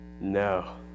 No